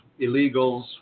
illegals